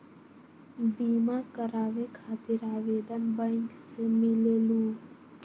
बिमा कराबे खातीर आवेदन बैंक से मिलेलु?